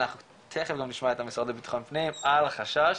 אנחנו תכף גם נשמע את המשרד לביטחון פנים על החשש,